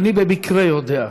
אני במקרה יודע.